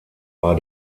war